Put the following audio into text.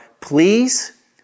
please